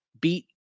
beat